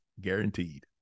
guaranteed